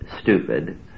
stupid